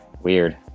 weird